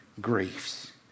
griefs